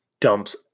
Dumps